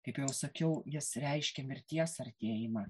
kaip jau sakiau jis reiškia mirties artėjimą